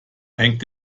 hängt